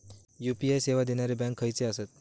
UPI सेवा देणारे bank खयचे आसत?